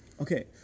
Okay